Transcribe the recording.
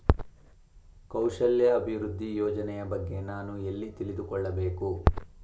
ಕೌಶಲ್ಯ ಅಭಿವೃದ್ಧಿ ಯೋಜನೆಯ ಬಗ್ಗೆ ನಾನು ಎಲ್ಲಿ ತಿಳಿದುಕೊಳ್ಳಬೇಕು?